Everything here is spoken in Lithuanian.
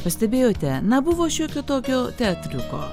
pastebėjote na buvo šiokio tokio teatriuko